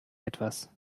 etwas